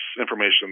information